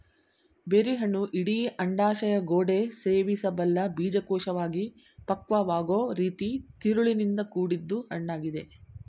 ಬೆರ್ರಿಹಣ್ಣು ಇಡೀ ಅಂಡಾಶಯಗೋಡೆ ಸೇವಿಸಬಲ್ಲ ಬೀಜಕೋಶವಾಗಿ ಪಕ್ವವಾಗೊ ರೀತಿ ತಿರುಳಿಂದ ಕೂಡಿದ್ ಹಣ್ಣಾಗಿದೆ